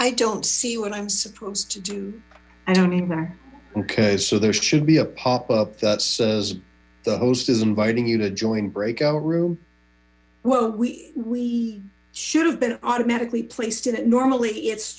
i don't see what i'm supposed to do i don't need that okay so there should be a pop that says the host is inviting you to join breakout room well we we should have been automatically placed in it normally it's